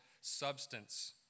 substance